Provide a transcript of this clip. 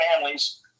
families